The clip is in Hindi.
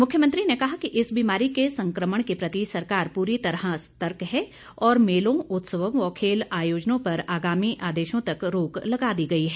मुख्यमंत्री ने कहा कि इस बीमारी के संक्रमण के प्रति सरकार पूरी तरह सतर्क है और मेलों उत्सवों व खेल आयोजनों पर आगामी आदेशों तक रोक लगा दी गई है